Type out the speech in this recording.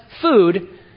food